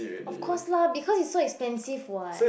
of course lah because it's so expensive [what]